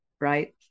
right